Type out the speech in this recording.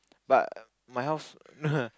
but my house